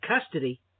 custody